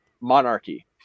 monarchy